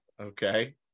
Okay